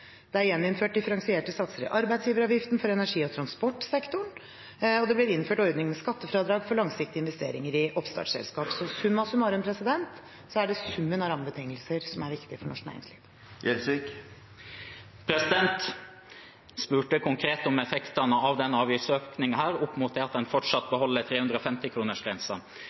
Det blir gjeninnført differensierte satser i arbeidsgiveravgiften for energi- og transportsektoren, og det er innført en ordning med skattefradrag for langsiktige investeringer i oppstartselskap. Så summa summarum: Det er summen av rammebetingelser som er viktig for norsk næringsliv. Jeg spurte konkret om effekten av denne avgiftsøkningen opp mot det at en fortsatt beholder